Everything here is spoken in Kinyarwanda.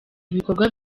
ibikorwa